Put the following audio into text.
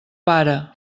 pare